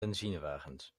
benzinewagens